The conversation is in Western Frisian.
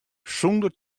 sûnder